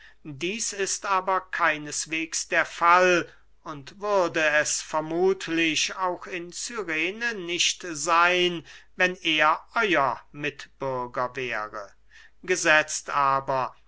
dieß ist aber keineswegs der fall und würde es vermuthlich auch in cyrene nicht seyn wenn er euer mitbürger wäre gesetzt aber